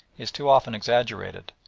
is too often exaggerated,